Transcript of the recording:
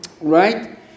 right